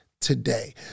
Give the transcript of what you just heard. today